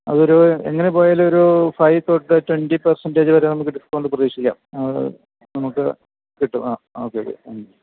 അതൊരു എങ്ങനെ പോയാലും ഒരൂ ഫൈവ് തൊട്ട് ട്വൻറ്റി പെർസെൻറ്റേജ് വരെ നമുക്ക് ഡിസ്കൗണ്ട് പ്രതീക്ഷിക്കാം അത് നമുക്ക് കിട്ടും ആ ഓക്കെ ഓക്കെ